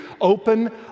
open